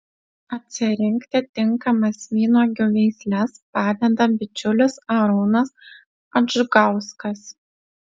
atsirinkti tinkamas vynuogių veisles padeda bičiulis arūnas adžgauskas